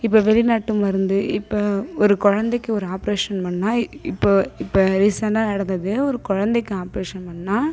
இப்போ வெளிநாட்டு மருந்து இப்போ ஒரு குழந்தைக்கு ஒரு ஆபரேஷன் பண்ணால் இப்போ இப்போ ரீசெண்ட்டாக நடந்தது ஒரு குழந்தைக்கு ஆபரேஷன் பண்ணால்